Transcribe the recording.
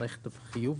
מערכת החיוג,